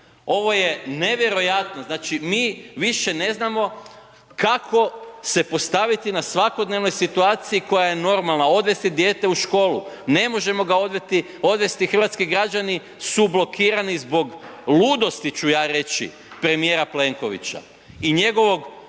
Ovo je nevjerojatno. Znači mi više ne znamo kako se postaviti na svakodnevnoj situaciji koja je normalna, odvesti dijete u školu. Ne možemo ga odvesti, hrvatski građani su blokirani zbog ludosti ću ja reći premijera Plenkovića i njegovog